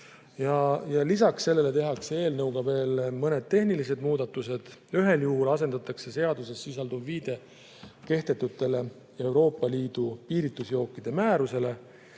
Lisaks sellele tehakse eelnõuga veel mõned tehnilised muudatused. Ühel juhul asendatakse seaduses sisalduv viide kehtetule Euroopa Liidu piiritusjookide määrusele